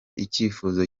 icyifuzo